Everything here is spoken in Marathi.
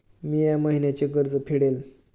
मी या महिन्याचे कर्ज फेडले